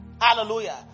hallelujah